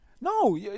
No